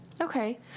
Okay